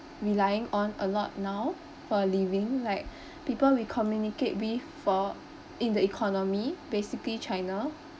relying on a lot now for a living like people we communicate with for in the economy basically china